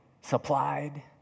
Supplied